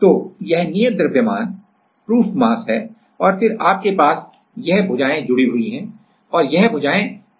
तो यह नियत द्रव्यमान प्रूफ मास proof mass है और फिर आपके पास यह भुजाएँ जुड़ी हुई हैं और यह भुजाएँ कहीं स्थिर हैं